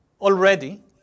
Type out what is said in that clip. already